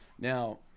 Now